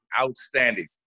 Outstanding